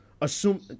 Assume